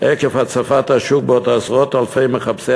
עקב הצפת השוק בעוד עשרות אלפי מחפשי